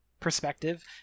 perspective